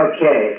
Okay